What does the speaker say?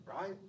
right